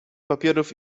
papierów